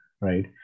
right